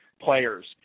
players